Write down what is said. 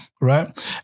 Right